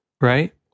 Right